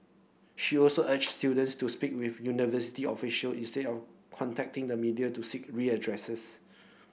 she also urged students to speak with university official instead of contacting the media to seek redress